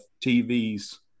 tv's